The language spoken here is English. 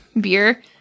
beer